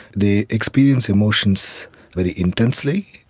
they experience emotions very intensely.